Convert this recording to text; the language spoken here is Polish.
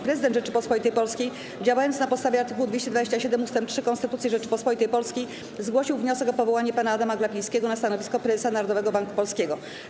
Prezydent Rzeczypospolitej Polskiej, działając na podstawie art. 227 ust. 3 Konstytucji Rzeczypospolitej Polskiej, zgłosił wniosek o powołanie pana Adama Glapińskiego na stanowisko prezesa Narodowego Banku Polskiego.